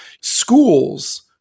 schools